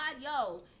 yo